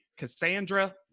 cassandra